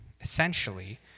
essentially